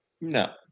No